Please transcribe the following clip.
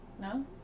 No